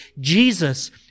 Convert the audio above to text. Jesus